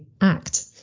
act